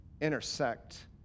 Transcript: intersect